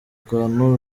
kantu